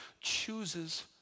chooses